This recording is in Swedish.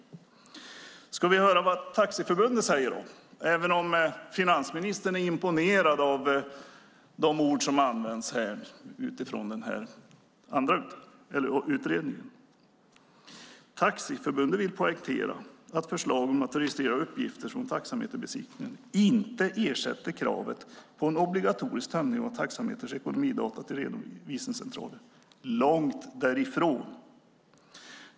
Vi ska höra vad Taxiförbundet säger, även om finansministern är imponerad av orden i utredningen. "Taxiförbundet vill poängtera att förslaget om att registrera uppgifter från taxameterbesiktningen inte ersätter kravet på en obligatorisk tömning av taxametrars ekonomidata till redovisningscentraler. Långt därifrån.